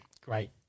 Great